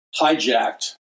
hijacked